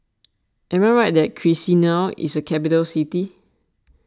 am I right that Chisinau is a capital city